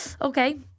Okay